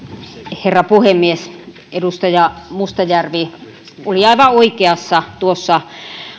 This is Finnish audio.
herra puhemies edustaja mustajärvi oli aivan oikeassa tuossa